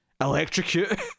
electrocute